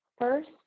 first